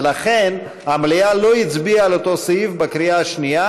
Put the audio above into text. ולכן המליאה לא הצביעה על אותו סעיף בקריאה השנייה